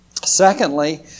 Secondly